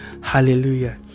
Hallelujah